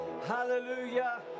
Hallelujah